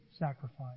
Sacrifice